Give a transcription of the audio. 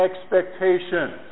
expectations